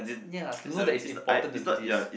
ya to know that it's important to do this